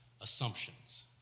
assumptions